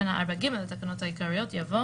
מתקינה הממשלה תקנות אלה: